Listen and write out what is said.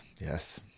Yes